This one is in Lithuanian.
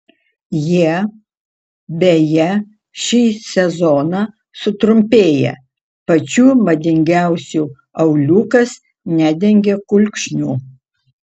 jie beje šį sezoną sutrumpėja pačių madingiausių auliukas nedengia kulkšnių